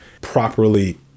properly